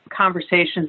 conversations